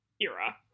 era